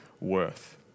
worth